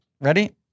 Ready